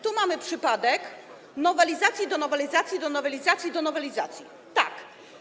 Tu mamy przypadek nowelizacji do nowelizacji do nowelizacji do nowelizacji, tak.